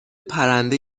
پرنده